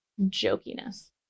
jokiness